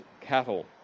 cattle